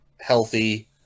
healthy